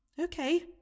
Okay